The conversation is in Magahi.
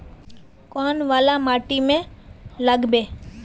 कौन वाला माटी में लागबे?